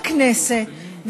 בכנסת,